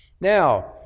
Now